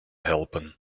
helpen